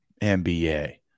NBA